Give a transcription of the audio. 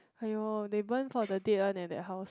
!aiyo! they burn for the dead one leh that house